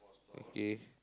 okay